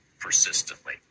persistently